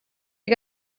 you